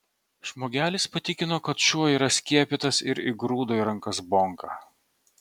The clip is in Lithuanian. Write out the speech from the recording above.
žmogelis patikino kad šuo yra skiepytas ir įgrūdo į rankas bonką